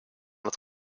het